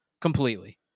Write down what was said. Completely